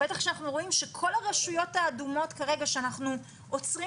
בטח כשאנחנו רואים שכל הרשויות האדומות כרגע שאנחנו עוצרים